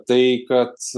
tai kad